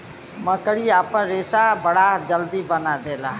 मकड़ी आपन रेशा बड़ा जल्दी बना देवला